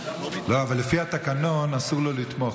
לא, אבל לפי התקנון, אסור לו לתמוך.